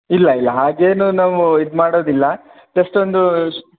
ಇಲ್ಲ ಇಲ್ಲ ಹಾಗೇನು ನಾವೂ ಇದು ಮಾಡೋದಿಲ್ಲ ಜಸ್ಟ್ ಒಂದು